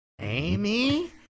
Amy